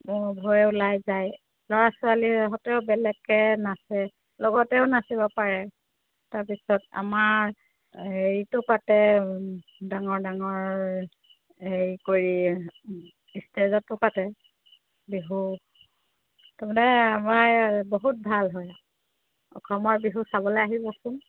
উভয়ে ওলাই যায় ল'ৰা ছোৱালীহঁতেও বেলেগকৈ নাচে লগতেও নাচিব পাৰে তাৰপিছত আমাৰ হেৰিটো পাতে ডাঙৰ ডাঙৰ হেৰি কৰি ষ্টেজতো পাতে বিহু তাৰমানে আমাৰ বহুত ভাল হয় অসমৰ বিহু চাবলৈ আহিবচোন